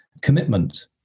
Commitment